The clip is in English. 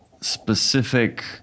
specific